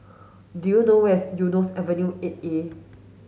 do you know where is Eunos Avenue eight A